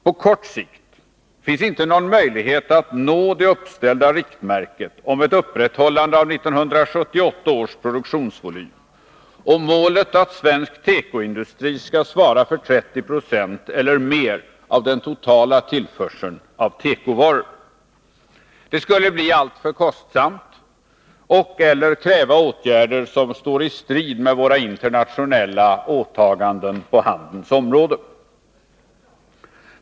På kort sikt finns inte någon möjlighet att nå det uppställda riktmärket om 81 ett upprätthållande av 1978 års produktionsvolym och målet att svensk tekoindustri skall svara för 30 20 eller mer av den totala tillförseln av tekovaror. Det skulle bli alltför kostsamt och/eller kräva åtgärder som står i strid med våra internationella åtaganden på handelns område.